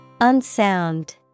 Unsound